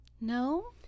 No